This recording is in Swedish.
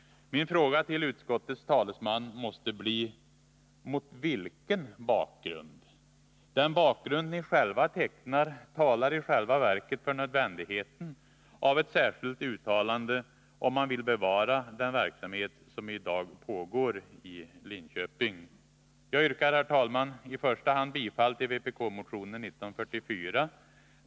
Min fråga till utskottets talesman måste bli: Mot vilken bakgrund? Den bakgrund ni själva tecknar talar i själva verket för nödvändigheten av ett särskilt uttalande om man vill bevara den verksamhet som i dag pågår i Linköping. Jag yrkar, herr talman, i första hand bifall till vpk-motionen 1944.